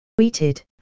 Tweeted